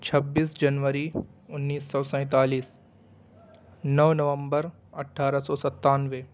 چھبیس جنوری انیس سو سینتالیس نو نومبر اٹھارہ سو ستانوے